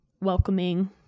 welcoming